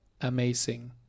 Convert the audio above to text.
amazing